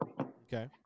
Okay